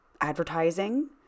advertising